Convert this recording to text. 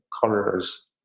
colors